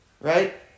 right